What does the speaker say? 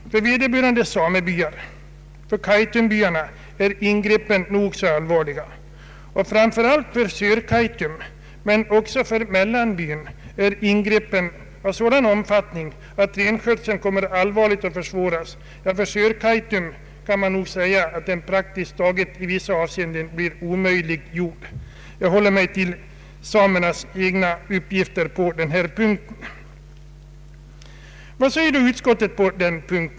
För Kaitumbyarna, de tre samebyarna, är ingreppen nog så allvarliga. Framför allt för Sörkaitum, men också för Mellanbyn, är ingreppen av sådan omfattning att renskötseln kommer att allvarligt försvåras. För Sörkaitums del kan man nog säga att den i vissa avseenden blir praktiskt taget omöjliggjord. Jag håller mig till samernas egna uppgifter på denna punkt. Vad säger nu utskottet?